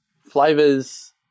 flavors